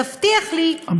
תבטיח לי שתתמוך.